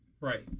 Right